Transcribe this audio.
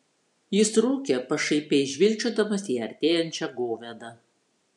jis rūkė pašaipiai žvilgčiodamas į artėjančią govėdą